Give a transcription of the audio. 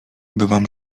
bywam